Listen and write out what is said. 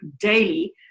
Daily